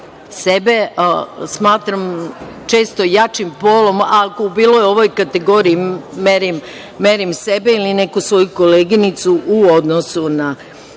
smatram često jačim polom, bilo je u ovo kategoriji, merim sebe ili neku svoju koleginicu u odnosu na